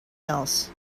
else